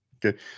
Good